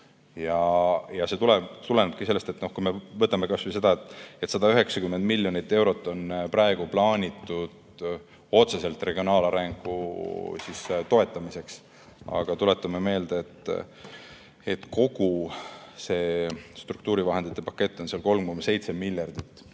See tulenebki sellest: kui me võtame kas või selle, et 190 miljonit eurot on praegu plaanitud otseselt regionaalarengu toetamiseks – tuletame meelde, et kogu struktuurivahendite pakett on 3,7 miljardit